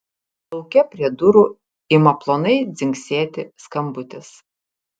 lauke prie durų ima plonai dzingsėti skambutis